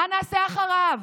מה נעשה אחריו?